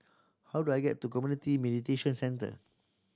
how do I get to Community Mediation Centre